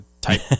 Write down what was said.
type